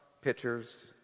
pitchers